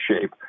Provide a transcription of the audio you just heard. shape